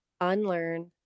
unlearn